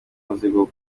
umuzigo